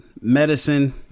medicine